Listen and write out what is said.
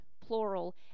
plural